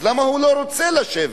אז למה הוא לא רוצה לשבת?